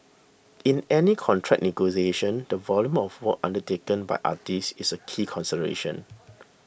in any contract negotiation the volume of work undertaken by artiste is a key consideration